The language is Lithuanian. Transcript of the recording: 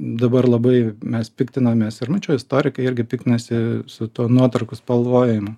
dabar labai mes piktinomės ir mačiau istorikai irgi piktinasi su tuo nuotraukų spalvojimu